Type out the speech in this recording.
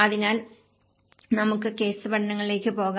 അതിനാൽ നമുക്ക് കേസ് പഠനങ്ങളിലേക്ക് പോകാം